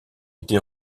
été